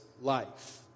life